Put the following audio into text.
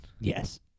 Yes